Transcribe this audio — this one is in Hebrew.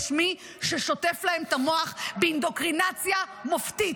יש מי ששוטף להם את המוח באינדוקטרינציה מופתית.